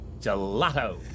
Gelato